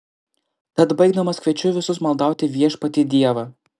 tad baigdamas kviečiu visus maldauti viešpatį dievą